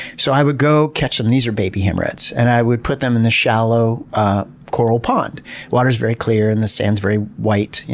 so i would go catch them these are baby hammerheads and i would put them in the shallow coral pond. the water is very clear and the sand is very white. you